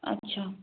अच्छा